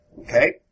Okay